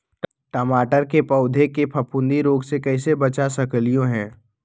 टमाटर के पौधा के फफूंदी रोग से कैसे बचा सकलियै ह?